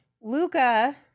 Luca